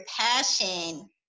passion